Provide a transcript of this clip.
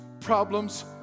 problems